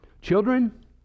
Children